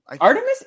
Artemis